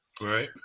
Right